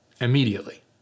Immediately